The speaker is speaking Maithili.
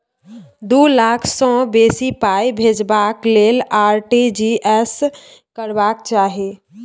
दु लाख सँ बेसी पाइ भेजबाक लेल आर.टी.जी एस करबाक चाही